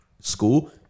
school